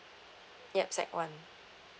yup sec one